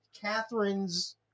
Catherine's –